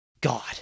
God